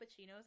cappuccinos